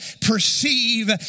perceive